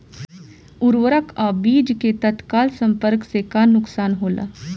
उर्वरक अ बीज के तत्काल संपर्क से का नुकसान होला?